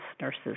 nurses